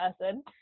person